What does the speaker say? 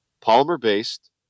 Polymer-based